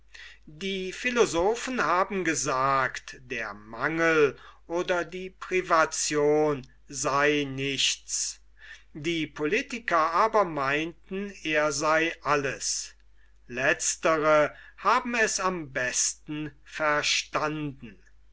die philosophen haben gesagt der mangel oder die privation sei nichts die politiker aber meinten er sei alles letztere haben es am besten verstanden